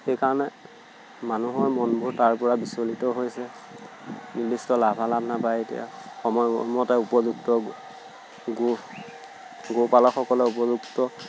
সেইকাৰণে মানুহৰ মনবোৰ তাৰ পৰা বিচলিত হৈছে নিৰ্দিষ্ট লাভালাভ নাপায় এতিয়া সময়মতে উপযুক্ত গো গো পালকসকলে উপযুক্ত